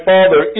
Father